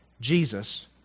Jesus